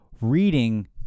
reading